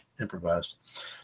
improvised